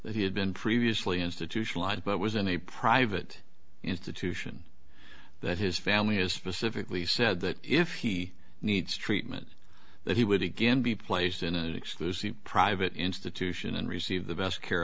that he had been previously institutionalized but was in a private institution that his family is specifically said that if he needs treatment that he would again be placed in a private institution and receive the best care